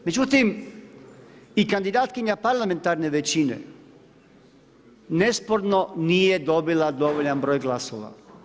Međutim i kandidatkinja parlamentarne većine nesporno nije dobila dovoljan broj glasova.